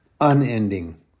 unending